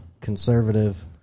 Conservative